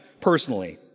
personally